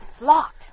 locked